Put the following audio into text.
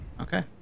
Okay